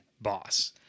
boss